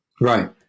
Right